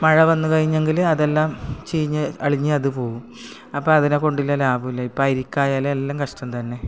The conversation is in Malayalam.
മഴ വന്ന് കഴിഞ്ഞെങ്കിൽ അതെല്ലാം ചീഞ്ഞ് അളിഞ്ഞ് അത് പോവും അപ്പം അതിനെ കൊണ്ടുള്ള ലാഭം ഇല്ല ഇപ്പം അരിക്കായാലും എല്ലാം കഷ്ടം തന്നെ